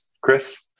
chris